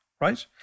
Right